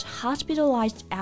hospitalized